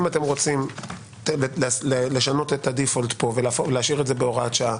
אם אתם רוצים לשנות את הדיפולט פה ולהשאיר את זה בהוראת שעה